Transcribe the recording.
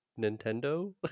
Nintendo